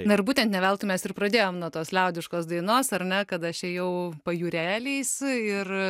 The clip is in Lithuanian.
na ir būtent ne veltui mes ir pradėjom nuo tos liaudiškos dainos ar ne kada aš ėjau pajūreliais ir